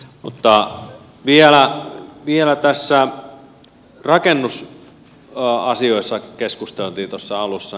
mutta vielä kun rakennusasioista keskusteltiin tuossa alussa